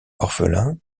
orphelins